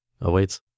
awaits